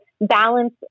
balance